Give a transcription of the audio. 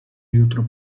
jutro